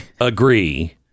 agree